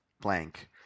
blank